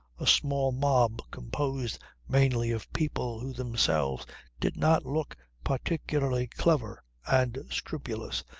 a small mob composed mainly of people who themselves did not look particularly clever and scrupulous,